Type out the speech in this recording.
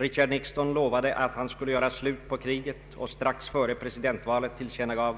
Richard Nixon lovade att han skulle göra slut på kriget, och strax före presidentvalet tillkännagav